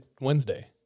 Wednesday